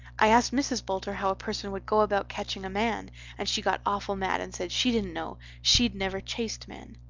i asked mrs. boulter how a person would go about catching a man and she got awful mad and said she dident know, shed never chased men.